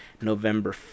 November